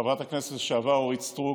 חברת הכנסת לשעבר אורית סטרוק,